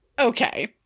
okay